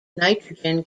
nitrogen